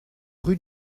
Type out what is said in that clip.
rue